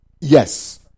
Yes